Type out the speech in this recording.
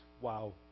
Wow